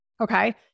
Okay